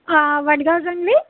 हां वडगाव